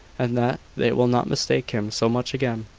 and that they will not mistake him so much again.